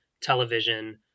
television